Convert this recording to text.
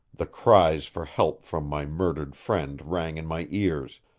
the cries for help from my murdered friend rang in my ears,